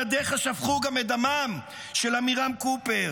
ידיך שפכו גם את דמם של עמירם קופר,